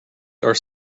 are